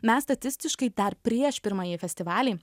mes statistiškai dar prieš pirmąjį festivalį